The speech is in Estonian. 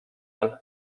all